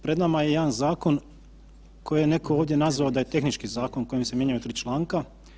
pred nama je jedan zakon koje je neko ovdje nazvao da je tehnički zakon kojim se mijenjaju 3 članka.